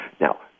Now